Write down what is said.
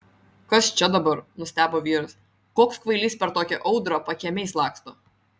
kas čia dabar nustebo vyras koks kvailys per tokią audrą pakiemiais laksto